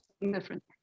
different